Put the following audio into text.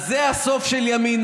אז זה הסוף של ימינה,